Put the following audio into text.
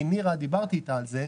כי דיברתי עם נירה שפק על זה,